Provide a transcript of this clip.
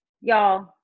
Y'all